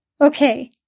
Okay